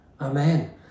Amen